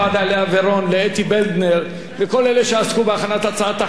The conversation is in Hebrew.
לאתי בנדלר ולכל אלה שעסקו בהכנת הצעת החוק כל כך מהר.